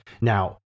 Now